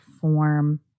form